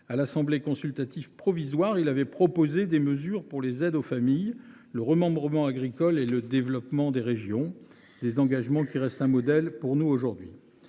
de l’Assemblée consultative provisoire, proposant des mesures pour les aides aux familles, le remembrement agricole et le développement des régions – des engagements qui restent un modèle pour nous aujourd’hui.